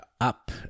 up